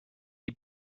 die